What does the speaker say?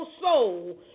soul